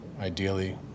ideally